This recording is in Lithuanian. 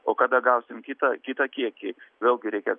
o kada gausim kitą kitą kiekį vėlgi reikia